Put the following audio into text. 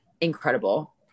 incredible